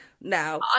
now